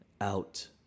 out